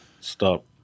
stop